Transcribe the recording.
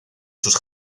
sus